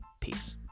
Peace